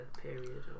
period